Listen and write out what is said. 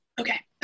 Okay